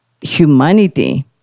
humanity